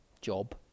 job